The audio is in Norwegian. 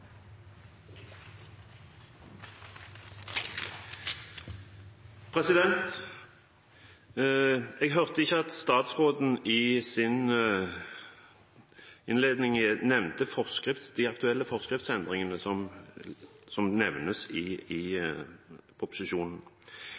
Jeg hørte ikke at statsråden i sin innledning nevnte de aktuelle forskriftsendringene som nevnes i proposisjonen. Arbeiderpartiet ser sammenhengen i